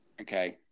Okay